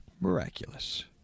miraculous